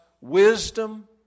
wisdom